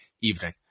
evening